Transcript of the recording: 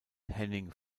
henning